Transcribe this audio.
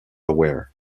ware